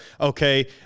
okay